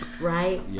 right